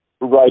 right